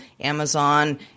Amazon